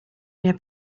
mia